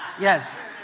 yes